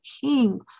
king